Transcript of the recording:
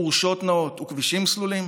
חורשות נאות וכבישים סלולים?